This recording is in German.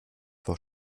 vor